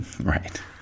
Right